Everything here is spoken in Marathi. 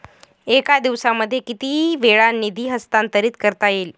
एका दिवसामध्ये किती वेळा निधी हस्तांतरीत करता येईल?